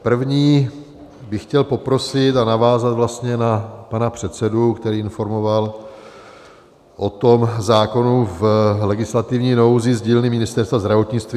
Prvně bych chtěl poprosit a navázat vlastně na pana předsedu, který informoval o zákonu v legislativní nouzi z dílny Ministerstva zdravotnictví.